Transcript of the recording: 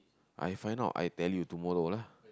I find out I tell you tomorrow lah